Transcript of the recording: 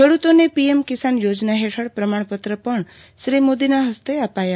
ખેડૂતોને પીએમ કિસાન યોજના હેઠળ પ્રમાણપત્રો પણ શ્રી મોદીના હસ્તે અપાયા